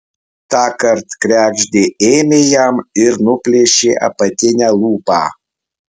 tąkart kregždė ėmė jam ir nuplėšė apatinę lūpą